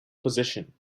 position